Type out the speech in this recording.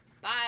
Bye